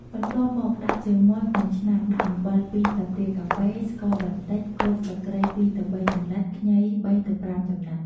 បន្ទាប់មកដាក់ជើងមាន់ក្នុងឆ្នាំង ដាក់អំបិល ២ ស្លាបព្រាកាហ្វេ ស្ករបន្តិច គល់ស្លឹកគ្រៃ ២ទៅ៣ ចំណិត ខ្ញី ៣ទៅ៥ ចំណិត។